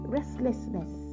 restlessness